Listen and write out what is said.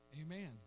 Amen